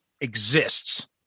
exists